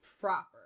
Proper